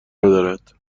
ندارد